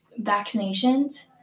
vaccinations